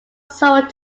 someone